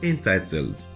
Entitled